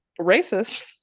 racist